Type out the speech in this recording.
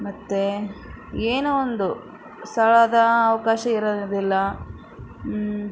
ಮತ್ತೆ ಏನೋ ಒಂದು ಸ್ಥಳದ ಅವಕಾಶ ಇರೋದಿಲ್ಲ